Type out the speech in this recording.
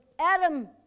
Adam